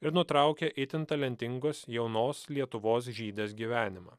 ir nutraukė itin talentingos jaunos lietuvos žydės gyvenimą